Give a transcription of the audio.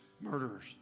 murderers